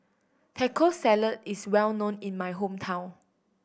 Taco Salad is well known in my hometown